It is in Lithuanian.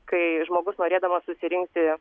kai žmogus norėdamas susirinkti